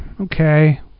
Okay